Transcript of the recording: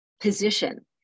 position